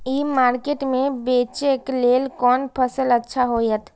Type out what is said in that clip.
ई market में बेचेक लेल कोन फसल अच्छा होयत?